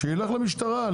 שילך למשטרה,